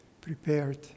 prepared